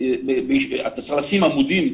אתה צריך לשים עמודים.